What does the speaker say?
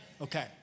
Okay